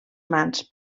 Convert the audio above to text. mans